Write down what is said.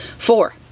Four